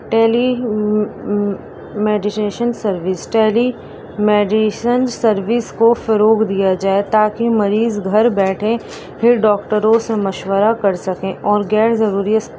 ٹیلی میڈیشیشن service telemedicine service کو فروگ دیا جائے تاکہ مریض گھر بیٹھے پھر ڈاکٹروں سے مشورہ کر سکیں اور گیرضروری